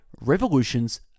revolutions